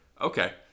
Okay